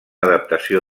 adaptació